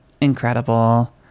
Incredible